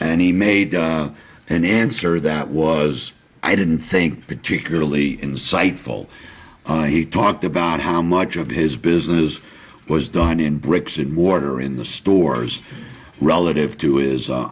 and he made an answer that was i didn't think particularly insightful and he talked about how much of his business was done in bricks and mortar in the stores relative to is